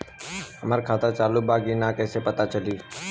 हमार खाता चालू बा कि ना कैसे पता चली?